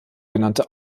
genannte